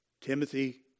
Timothy